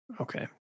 Okay